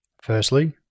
Firstly